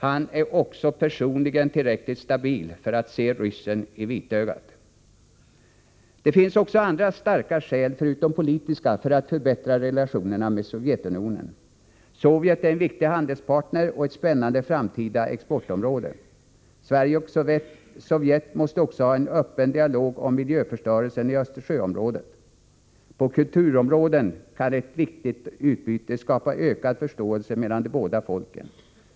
Han är också personligen tillräckligt stabil för att se ”ryssen i vitögat”. Det finns också andra starka skäl förutom politiska för att förbättra relationerna med Sovjetunionen. Sovjet är en viktig handelspartner och är ett spännande framtida exportområde. Sverige och Sovjet måste också ha en öppen dialog om miljöförstörelsen i Östersjöområdet. På kulturområdet kan ett vidgat utbyte skapa ökad förståelse mellan de båda folken.